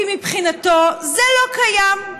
כי מבחינתו זה לא קיים,